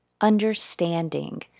understanding